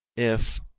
if,